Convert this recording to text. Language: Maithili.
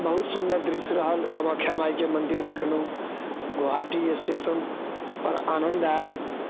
बहुत सुन्दर दृश्य रहल कामाख्या मायके मन्दिर देखलहुँ गोहाटी स्टेशन पर आनन्द आयल